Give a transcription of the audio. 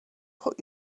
put